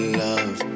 love